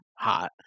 hot